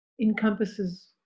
encompasses